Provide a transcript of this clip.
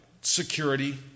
security